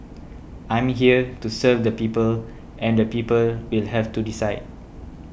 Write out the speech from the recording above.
I'm here to serve the people and the people will have to decide